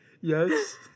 Yes